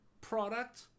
product